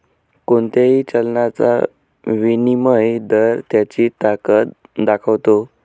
कोणत्याही चलनाचा विनिमय दर त्याची ताकद दाखवतो